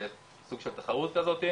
סוג של תחרות כזאת,